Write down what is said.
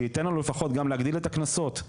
שייתן לנו לפחות להגדיל את הקנסות,